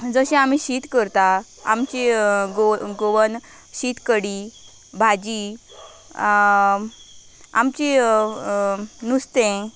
जशें आमी शीत करता आमची गोवन शीत कडी भाजी आमचे नुस्तें